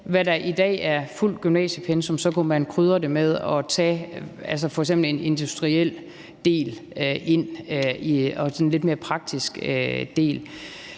hvad der i dag er et fuldt gymnasiumpensum, kunne krydre det med at tage f.eks. en industriel og lidt mere praktisk del